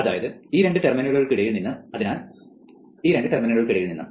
അതായത് ഈ രണ്ട് ടെർമിനലുകൾക്ക് ഇടയിൽ നിന്നു